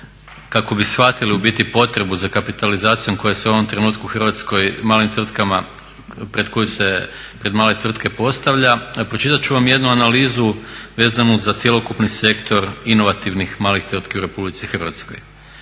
kako bi shvatili potrebu za kapitalizacijom koja se u ovom trenutku u Hrvatskoj malim tvrtkama, koja se pred male tvrtke postavlja pročitat ću vam jednu analizu vezanu za cjelokupni sektor inovativnih malih tvrtki u RH.